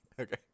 Okay